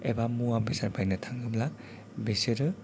एबा मुवा बेसाद बायनो थाङोब्ला बेसोरो